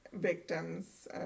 victims